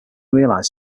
realizes